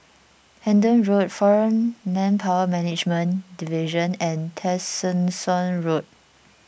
Hendon Road foreign Manpower Management Division and Tessensohn Road